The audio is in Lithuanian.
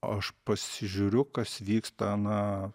aš pasižiūriu kas vyksta na